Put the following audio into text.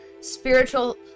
spiritual